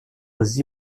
aux